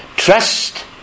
Trust